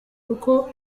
uko